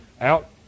out